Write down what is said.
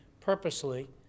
purposely